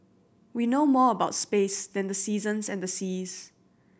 we know more about space than the seasons and the seas